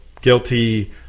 guilty